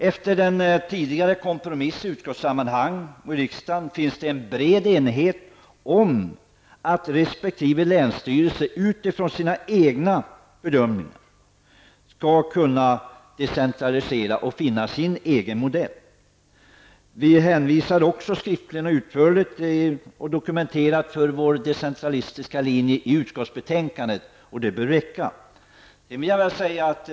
Efter den tidigare kompromissen i utskottet och i riksdagen finns det en bred enighet om att resp. länsstyrelse skall kunna decentralisera utifrån sina egna bedömningar och finna sin egen modell. Vi redovisar också skriftligt, utförligt och dokumenterat för vår decentralistiska linje i utskottsbetänkandet, och det bör räcka.